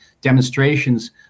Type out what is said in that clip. demonstrations